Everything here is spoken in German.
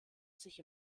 sich